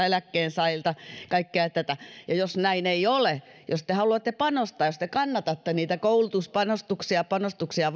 eläkkeensaajilta kaikkea tätä ja jos näin ei ole jos te haluatte panostaa jos te kannatatte niitä koulutuspanostuksia panostuksia